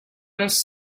does